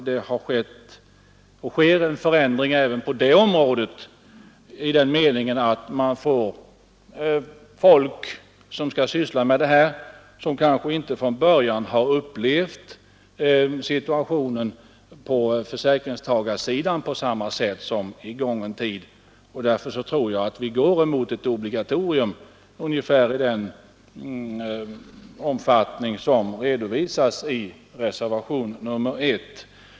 Det har skett och sker en förändring även på det området. Man får folk som skall syssla med detta och som kanske inte från början har upplevt situationen på försäkringstagarsidan på samma sätt som hittills. Därför tror jag att vi går i riktning mot ett obligatorium av ungefär den omfattning som redovisas i reservationen 1.